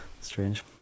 strange